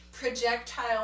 Projectile